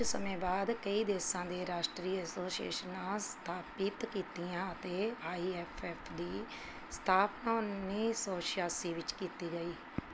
ਕੁਝ ਸਮੇਂ ਬਾਅਦ ਕਈ ਦੇਸ਼ਾਂ ਨੇ ਰਾਸ਼ਟਰੀ ਐਸੋਸੀਏਸ਼ਨਾਂ ਸਥਾਪਿਤ ਕੀਤੀਆਂ ਅਤੇ ਆਈ ਐੱਫ ਐੱਫ ਦੀ ਸਥਾਪਨਾ ਉੱਨੀ ਸੌ ਛਿਆਸੀ ਵਿੱਚ ਕੀਤੀ ਗਈ